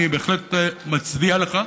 אני בהחלט מצדיע לך,